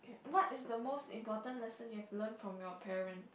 what is the most important lesson you have learnt from your parents